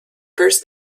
first